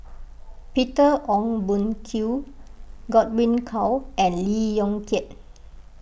Peter Ong Boon Kwee Godwin Koay and Lee Yong Kiat